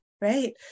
right